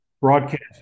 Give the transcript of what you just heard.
broadcast